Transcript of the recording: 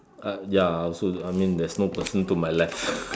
I ya also I mean there's no person to my left